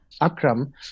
Akram